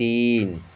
تین